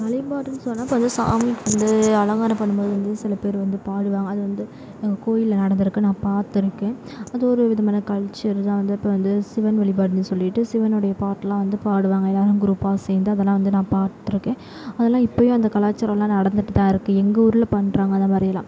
வழிபாடுன்னு சொன்னா இப்போ வந்து சாமிக்கு வந்து அலங்காரம் பண்ணம்போது வந்து சில பேர் வந்து பாடுவாங்க அது வந்து எங்கள் கோயிலில் நடந்துயிருக்கு நான் பார்த்துருக்கேன் அது ஒரு விதமான கல்ச்சர் தான் வந்து இப்போ வந்து சிவன் வழிபாடுன்னு சொல்லிவிட்டு சிவனோடைய பாட்டுலாம் வந்து பாடுவாங்க எல்லாரும் குரூப்பாக சேர்ந்து அதெல்லாம் வந்து நான் பார்த்துருக்கேன் அதெல்லான் இப்போயும் அந்த கலாச்சாரலாம் நடந்துகிட்டு தான் இருக்கு எங்கள் ஊரில் பண்ணுறாங்க அதை மாதிரியெல்லாம்